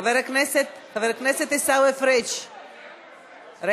חבר הכנסת עיסאווי פריג' רגע,